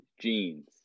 jeans